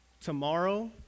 tomorrow